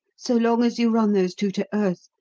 so long as you run those two to earth,